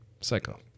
psycho